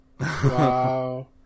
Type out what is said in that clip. Wow